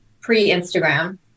pre-Instagram